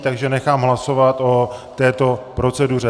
Takže nechám hlasovat o této proceduře.